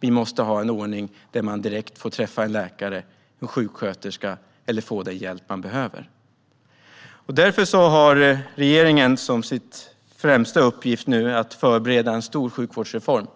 Vi måste ha en ordning där man direkt får träffa en läkare eller en sjuksköterska och få den hjälp man behöver. Därför har nu regeringen som sin främsta uppgift att förbereda en stor sjukvårdsreform.